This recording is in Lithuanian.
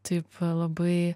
taip labai